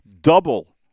Double